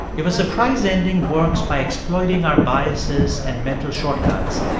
if a surprise ending works by exploiting our biases and mental shortcuts,